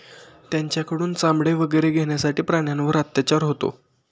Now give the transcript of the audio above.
त्यांच्याकडून चामडे वगैरे घेण्यासाठी प्राण्यांवर अत्याचार होतो